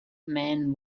man